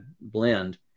blend